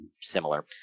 similar